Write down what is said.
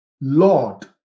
Lord